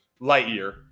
Lightyear